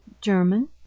German